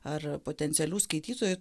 ar potencialių skaitytojų